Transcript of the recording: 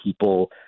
people